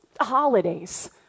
holidays